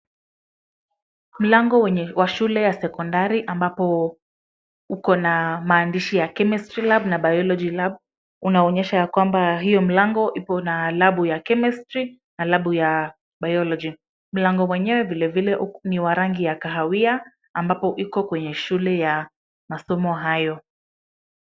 Mlango wa shule ya sekondari ambapo uko na maandishi ya Chemistry Lab na Biology Lab unaonyesha ya kwamba hiyo mlango ipo na lab ya Chemistry na lab ya Biology . Mlango wenyewe vilevile ni wa rangi ya kahawia ambapo iko kwenye shule ya masomo hayo.